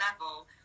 level